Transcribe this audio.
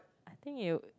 I think you